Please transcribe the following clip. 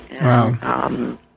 Wow